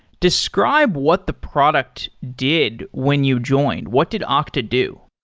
describe what the product did when you join. what did ah okta do?